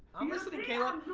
i'm listening, caleb.